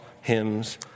hymns